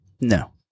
No